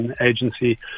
agency